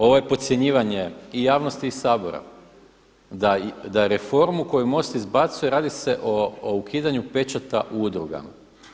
Ovo je podcjenjivanje i javnosti i Sabora da reformu koju MOST izbacuje radi se o ukidanju pečata udrugama.